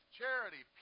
charity